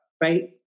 right